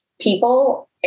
people